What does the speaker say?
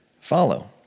follow